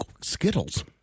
Skittles